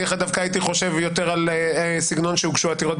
אני דווקא הייתי חושב יותר על סגנון עתירות שהוגשו